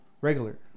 Regular